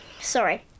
sorry